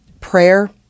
prayer